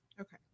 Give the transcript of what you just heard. Okay